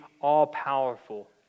all-powerful